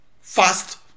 fast